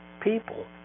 people